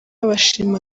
bashima